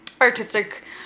artistic